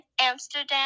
Amsterdam